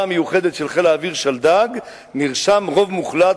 המיוחדת של חיל האוויר שלדג נרשם רוב מוחלט,